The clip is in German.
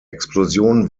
explosion